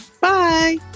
Bye